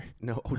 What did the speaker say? No